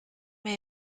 may